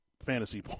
fantasy